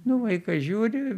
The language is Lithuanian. nu vaikas žiūri